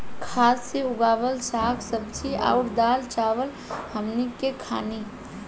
खाद से उगावल साग सब्जी अउर दाल चावल हमनी के खानी